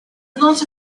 not